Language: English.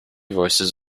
voices